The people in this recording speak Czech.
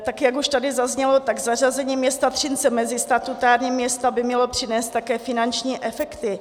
Tak jak už tady zaznělo, zařazení města Třince mezi statutární města by mělo přinést také finanční efekty.